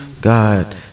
God